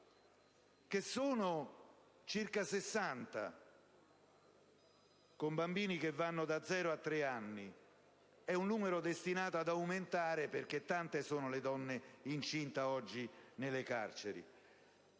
detenute (circa 60) con bambini che vanno da zero a tre anni: un numero destinato ad aumentare perché tante sono le donne incinte oggi nelle carceri.